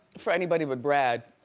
for anybody with brad.